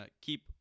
keep